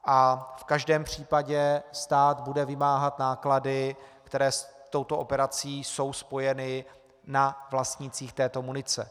V každém případě stát bude vymáhat náklady, které jsou s touto operací spojeny, na vlastnících této munice.